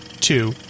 two